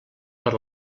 per